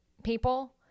people